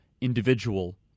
individual